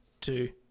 two